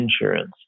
insurance